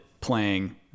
playing